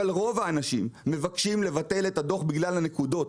אבל רוב האנשים מבקשים לבטל את הדוח בגלל הנקודות,